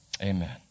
Amen